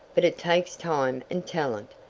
but it takes time and talent,